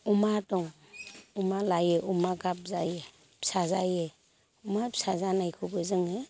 अमा दं अमा लायो अमा गाब जायो फिसा जायो अमा फिसा जानायखौबो जोङो